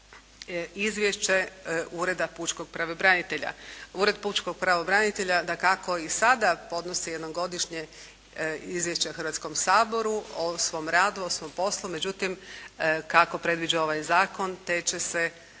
izvješće Ureda pučkog pravobranitelja. Ured pučkog pravobranitelja dakako i sada podnosi jednom godišnje izvješće Hrvatskom saboru o svom radu, o svom poslu, međutim kako predviđa ovaj zakon te će se